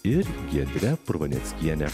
ir giedre purvaneckiene